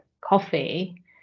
coffee